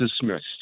dismissed